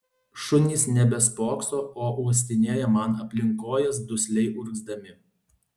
šunys nebespokso o uostinėja man aplink kojas dusliai urgzdami